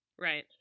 Right